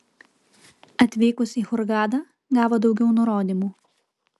atvykus į hurgadą gavo daugiau nurodymų